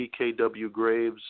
pkwgraves